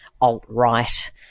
alt-right